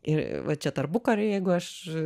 ir va čia tarpukariu jeigu aš